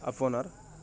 আপোনাৰ